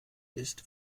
ist